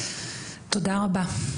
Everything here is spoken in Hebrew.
תודה רבה.